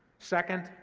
second,